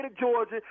georgia